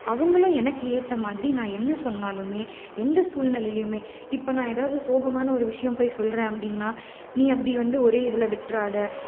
அவங்களும் எனக்கு ஏற்றமாதிரி நான் என்ன சொன்னாலுமே எந்த சூழ்நிலையிலையுமே இப்போ நான் எதாவது சோகமான ஒரு விஷயம் போய் சொல்கிறேன் அப்படின்னா நீ அப்படி வந்து ஒரே இதில் விட்டுறாத